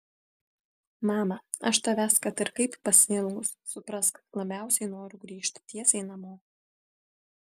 mama aš tavęs kad ir kaip pasiilgus suprask labiausiai noriu grįžt tiesiai namo